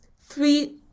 three